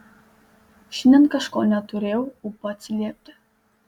šiandien kažko neturėjau ūpo atsiliepti